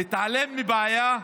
להתעלם מבעיה,